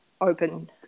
open